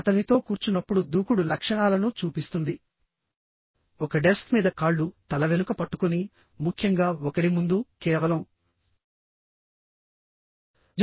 అతనితో కూర్చున్నప్పుడు దూకుడు లక్షణాలను చూపిస్తుంది ఒక డెస్క్ మీద కాళ్ళు తల వెనుక పట్టుకుని ముఖ్యంగా ఒకరి ముందు కేవలం నిజమో అబద్ధమో చెప్పండి